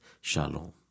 shalom